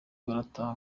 barataha